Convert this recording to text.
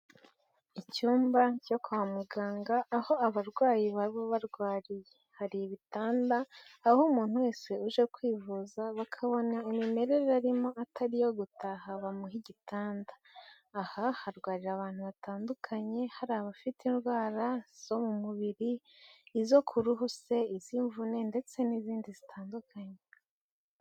Icyumba cyo kwa muganga aho abarwayi baba barwariye. Hari ibitanda aho umuntu wese uje kwivuza bakabona imimerere arimo atari iyo gutaha bamuha igitanda. Aha harwarira abantu batandukanye hari abafite indwara zo mu mubiri, izo ku ruhu se, iz'imvune ndetse n'izindi zitandukanye.